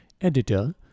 Editor